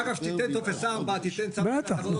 ואגב, תיתן טופס 4, תיתן --- בטח.